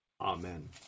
Amen